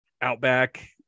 Outback